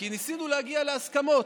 כי ניסינו להגיע להסכמות.